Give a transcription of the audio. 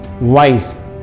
wise